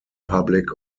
public